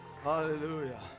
Hallelujah